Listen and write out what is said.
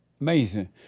Amazing